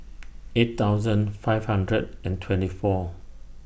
eight thousand five hundred and twenty four